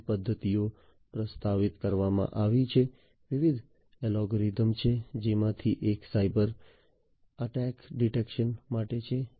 વિવિધ પદ્ધતિઓ પ્રસ્તાવિત કરવામાં આવી છે વિવિધ અલ્ગોરિધમ્સ છે જેમાંથી એક સાયબર એટેક ડિટેક્શન માટે છે